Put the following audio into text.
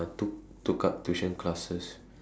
took took up tuition classes